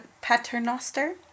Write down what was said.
Paternoster